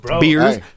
beers